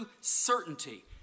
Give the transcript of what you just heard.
certainty